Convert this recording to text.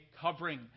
covering